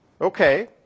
Okay